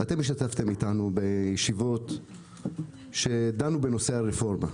אתם השתתפתם איתנו בישיבות שדנו בנושא הרפורמה.